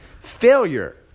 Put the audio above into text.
failure